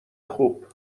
خوب